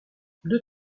deux